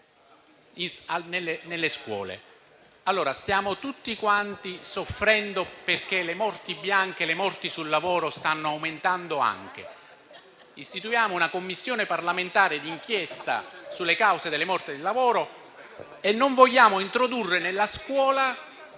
Stiamo tutti soffrendo perché il numero delle morti bianche, delle morti sul lavoro, sta aumentando. Istituiamo una Commissione parlamentare di inchiesta sulle cause delle morti sul lavoro e non vogliamo introdurre nella scuola